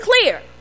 clear